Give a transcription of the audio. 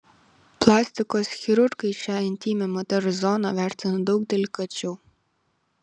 plastikos chirurgai šią intymią moters zoną vertina daug delikačiau